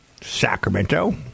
Sacramento